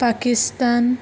Pakistan